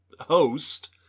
host